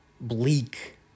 bleak